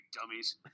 dummies